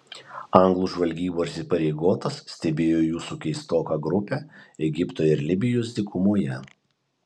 anglų žvalgybos įpareigotas stebėjo jūsų keistoką grupę egipto ir libijos dykumoje